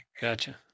Gotcha